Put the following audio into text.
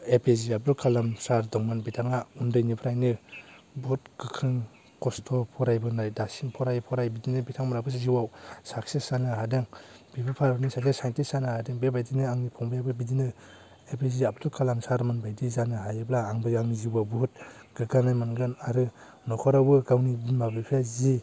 ए P J Abdul Kalam sir दंमोन बिथाङा उन्दैनिफ्रायनो बहुत गोख्रों खस्थ' फरायबोनाय दासिम फरायै फरायै बिदिनो बिथांमोनहाबो जिउआव साकसेस जानो हादों बेफोरबादियानो सासे साइनटिस जानो हादों बेबायदिनो आंनि फंबायाबो बिदिनो A P J Abdul Kalam sir मोन बायदि जानो हायोब्ला आंबो आंनि जिउआव बहुत गोग्गानाय मोनगोन आरो न'खरावबो गावनि बिमा बिफाया जि